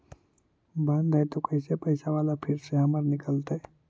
बन्द हैं त कैसे पैसा बाला फिर से हमर निकलतय?